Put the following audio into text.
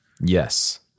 Yes